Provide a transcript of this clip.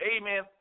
amen